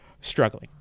struggling